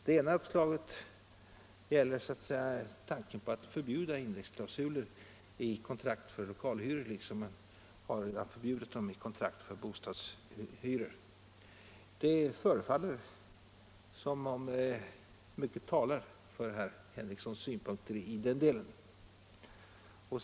Det ena uppslaget gäller tanken på att förbjuda indexklausuler i kontrakt för lokalhyror liksom man har förbjudit dem i kontrakt för bostadshyror. Det förefaller som om mycket talar för herr Henriksons synpunkter i den delen.